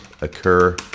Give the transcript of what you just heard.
occur